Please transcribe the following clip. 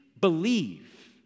believe